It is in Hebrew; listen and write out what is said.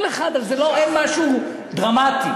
כל אחד, אבל אין משהו דרמטי.